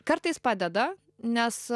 kartais padeda nes